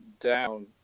down